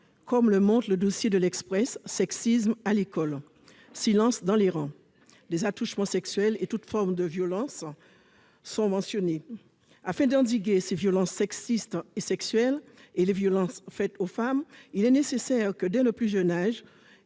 comme le montre le dossier de « Sexisme à l'école, silence dans les rangs », qui dénonce des attouchements sexuels et d'autres formes de violence. Afin d'endiguer ces violences sexistes et sexuelles et les violences faites aux femmes, il est nécessaire que, dès le plus jeune âge